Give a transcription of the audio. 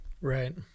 Right